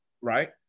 right